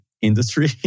industry